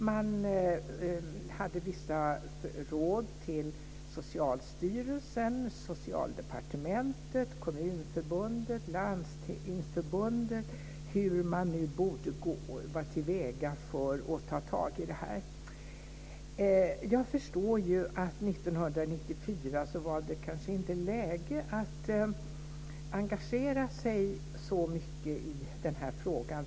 Man hade vissa råd till Socialstyrelsen, Socialdepartementet, Kommunförbundet och Landstingsförbundet om hur de borde gå till väga för att ta tag i det här. Jag förstår ju att det 1994 kanske inte var läge att engagera sig så mycket i den här frågan.